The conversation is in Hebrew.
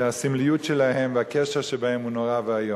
שהסמליות שלהן, הקשר שבהן הוא נורא ואיום.